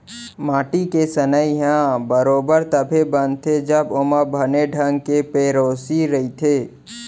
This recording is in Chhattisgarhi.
माटी के सनई ह बरोबर तभे बनथे जब ओमा बने ढंग के पेरौसी रइथे